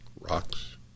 rocks